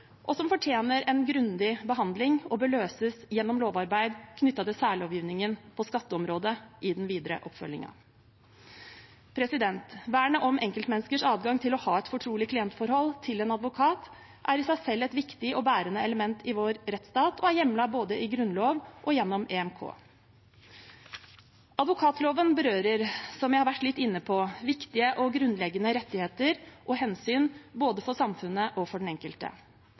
og som fortjener en grundig behandling og bør løses gjennom lovarbeid knyttet til særlovgivningen på skatteområdet i den videre oppfølgingen. Vernet om enkeltmenneskers adgang til å ha et fortrolig klientforhold til en advokat er i seg selv et viktig og bærende element i vår rettsstat, og er hjemlet både i Grunnloven og gjennom EMK. Advokatloven berører, som jeg har vært litt inne på, viktige og grunnleggende rettigheter og hensyn både for samfunnet og for den enkelte.